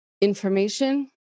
information